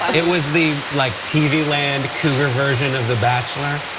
it was the like tv land cougar version of the bachelor,